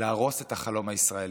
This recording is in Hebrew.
להרוס את החלום הישראלי.